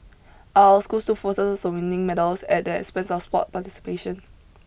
are our schools too focused on winning medals at the expense of sport participation